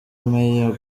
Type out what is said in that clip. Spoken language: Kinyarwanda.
mayor